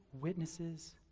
witnesses